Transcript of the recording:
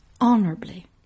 honorably